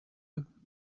eux